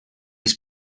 his